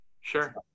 Sure